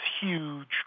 huge